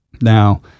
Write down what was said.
Now